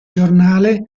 giornale